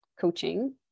coaching